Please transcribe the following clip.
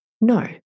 No